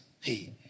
hey